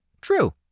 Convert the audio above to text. True